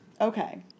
Okay